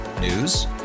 News